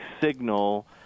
signal